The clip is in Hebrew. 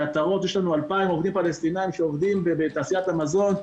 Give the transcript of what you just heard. בעטרות יש לנו 2000 עובדים פלסטינאים שעובדים בתעשיית המזון,